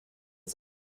sein